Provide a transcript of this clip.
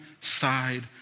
side